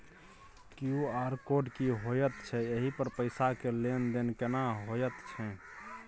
QR code की होयत छै एहि पर पैसा के लेन देन केना होयत छै?